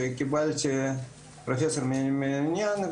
שם קיבלתי פרופסור מהמניין,